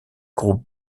groupe